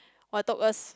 !wah! took us